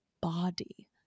body